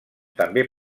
també